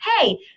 Hey